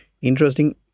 interesting